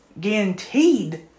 guaranteed